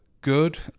good